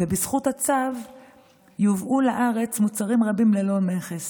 ובזכות הצו יובאו לארץ מוצרים רבים ללא מכס,